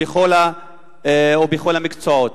ובכל המקצועות.